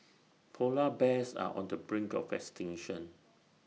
Polar Bears are on the brink of extinction